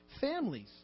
Families